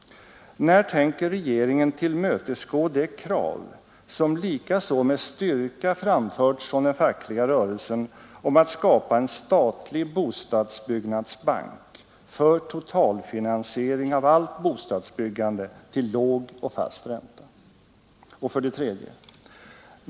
När tänker regeringen tillmötesgå det krav som likaså med styrka framförts från den fackliga rörelsen om att skapa en statlig bostadsbyggnadsbank för totalfinansiering av allt bostadsbyggande till låg och fast ränta? 3.